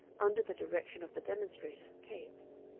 under the direction of the demonstrator capes.